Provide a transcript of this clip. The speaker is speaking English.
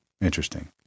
Interesting